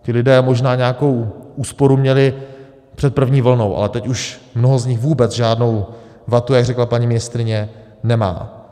Ti lidé možná nějakou úsporu měli před první vlnou, ale teď už mnoho z nich vůbec žádnou vatu, jak řekla paní ministryně, nemá.